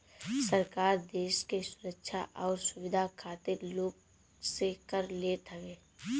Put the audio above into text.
सरकार देस के सुरक्षा अउरी सुविधा खातिर लोग से कर लेत हवे